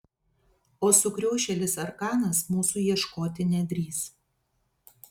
o sukriošėlis arkanas mūsų ieškoti nedrįs